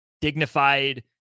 dignified